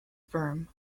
firm